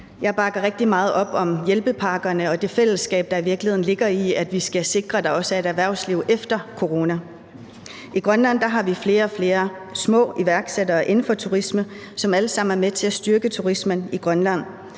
Jeg bakker rigtig meget op om hjælpepakkerne og det fællesskab, der i virkeligheden ligger i, at vi skal sikre, at der også er et erhvervsliv efter corona. I Grønland har vi flere og flere små iværksættere inden for turisme, som alle sammen er med til at styrke turismen i Grønland.